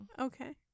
Okay